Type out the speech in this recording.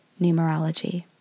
numerology